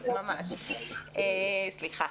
סליחה.